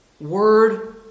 word